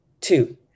Two